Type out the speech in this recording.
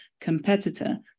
competitor